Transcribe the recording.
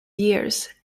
years